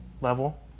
level